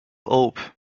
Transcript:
hope